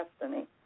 destiny